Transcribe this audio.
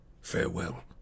Farewell